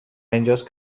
اینجاست